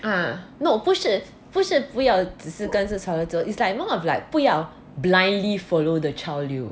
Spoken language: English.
ah no 不是不是不要不跟着潮流走 is like more of like 不要 blindly follow the 潮流